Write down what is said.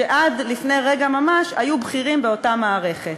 שעד לפני רגע ממש היו בכירים באותה מערכת.